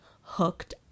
hooked